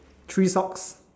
three socks